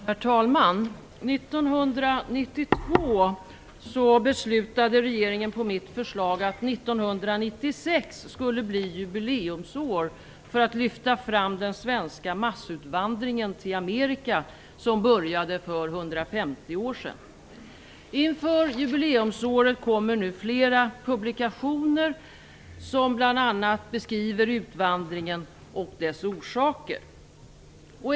Herr talman! År 1992 beslutade regeringen på mitt förslag att 1996 skulle bli jubileumsår för att lyfta fram den svenska massutvandringen till Amerika som började för 150 år sedan. Inför jubileumsåret kommer nu flera publikationer som bl.a. beskriver utvandringen och dess orsaker.